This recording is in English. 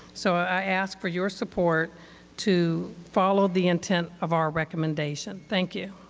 so i ask for your support to follow the intent of our recommendation. thank you.